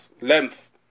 length